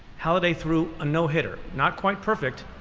halladay threw a no hitter. not quite perfect,